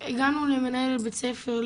למנהל מבית הספר,